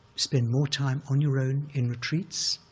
spend more time on your own in retreats,